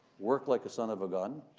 worked like a son of a gun.